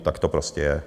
Tak to prostě je.